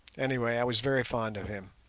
anyway, i was very fond of him,